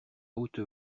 haute